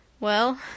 Well